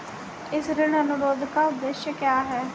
इस ऋण अनुरोध का उद्देश्य क्या है?